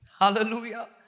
Hallelujah